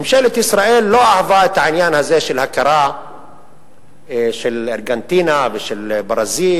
ממשלת ישראל לא אהבה את העניין הזה של הכרה של ארגנטינה ושל ברזיל,